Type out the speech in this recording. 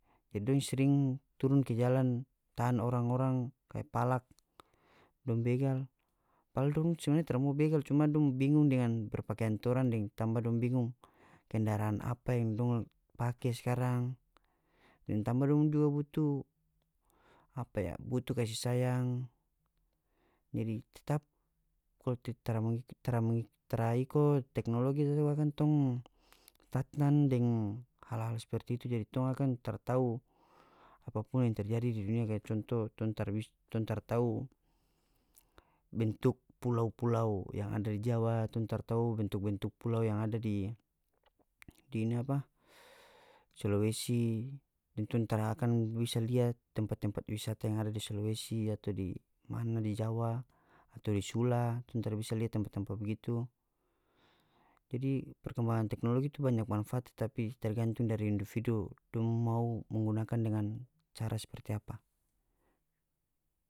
Jadi dong sering turun ke jalan tahan orang-orang kaya palak dong begal padahal dong sebenarnya tara mau begal cuma dong bingung dengan berpakeang torang deng tamba dong bingung kendaran apa yang dong pake skarang deng tamba dong juga butu apa ya butu kasi sayang jadi tetap kalu tara iko teknologi itu to akan tong stagnan deng hal-hal seperti itu jadi tong akan taratau apapun yang terjadi di dunia kaya conto tong tara bisa tong tara tau bentuk pulau-pulau yang ada di jawa tong taratau bentuk-bentuk pulau yang ada di ini apa sulawesi deng tong tara akan bisa lia tempat-tempat wisata yang ada di sulawesi atau di mana di jawa atau di sula tong tara bisa lia tampa-tampa bagitu jadi perkembangan teknologi tu banyak manfaat tetapi tergantung dari individu dong mau menggunakan dengan cara seperti apa.